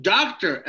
Doctor